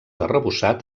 arrebossat